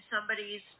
somebody's